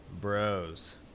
Bros